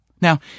Now